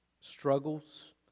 struggles